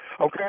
okay